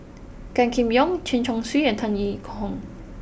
Gan Kim Yong Chen Chong Swee and Tan Yee Hong